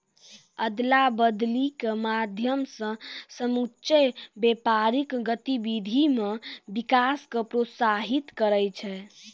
अदला बदली के माध्यम से समुच्चा व्यापारिक गतिविधि मे विकास क प्रोत्साहित करै छै